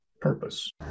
purpose